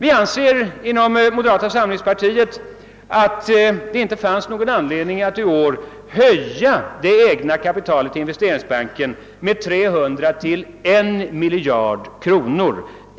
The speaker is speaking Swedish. Vi anser inom moderata samlingspartiet att det inte finns någon anledning att i år höja Investeringsbankens eget kapital med 300 miljoner kronor till 1 miljard kronor.